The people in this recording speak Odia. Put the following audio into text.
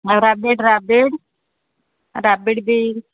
ରାବିଡ଼ି ରାବିଡ଼ି ରାବିଡ଼ି ବି